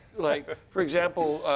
like for example,